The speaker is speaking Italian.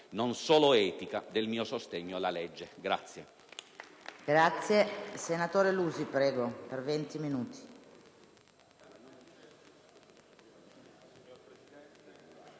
non solo etica, del mio sostegno alla legge*.